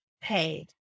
paid